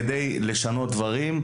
כדי לשנות דברים,